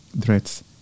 threats